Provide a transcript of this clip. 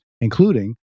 including